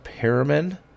Perriman